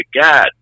God